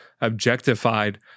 objectified